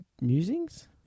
Musings